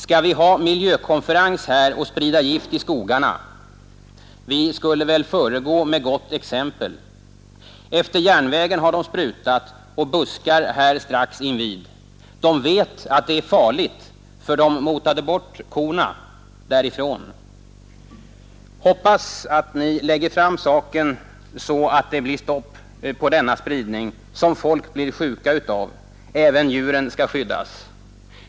Skall vi ha miljökonferens här och sprida gift i skogarna, vi skulle väl föregå med gott exempel. Efter järnvägen har dom sprutat och på buskar här strax invid. Dom vet att det är farligt, för dom motade bort korna därifrån. Hoppas att Ni lägger fram saken så det blir stopp på denna spridning som folk blir sjuka utav, även djuren skall skyddas!